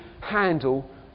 handle